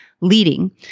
leading